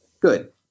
Good